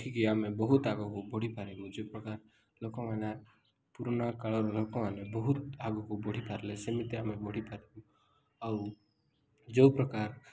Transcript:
ରଖିକି ଆମେ ବହୁତ ଆଗକୁ ବଢ଼ିପାରିବୁ ଯେଉଁ ପ୍ରକାର ଲୋକମାନେ ପୁରୁଣା କାଳ ଲୋକମାନେ ବହୁତ ଆଗକୁ ବଢ଼ି ପାରିଲେ ସେମିତି ଆମେ ବଢ଼ି ପାରିବୁ ଆଉ ଯେଉଁ ପ୍ରକାର